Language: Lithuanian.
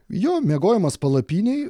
jo miegojimas palapinėj